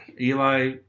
Eli